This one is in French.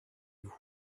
vous